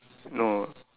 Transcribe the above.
no